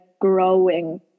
growing